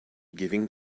giving